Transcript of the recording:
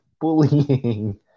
bullying